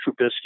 Trubisky